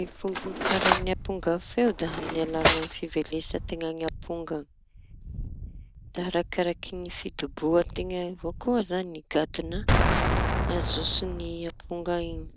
Ny fomba famokarañy amponga feo da amin'ny alala fivelesan-teña ny amponga. Da arakaraky fidoboa-teña avao koa zañy gadona ajotsoñy amponga iñy.